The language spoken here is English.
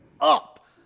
up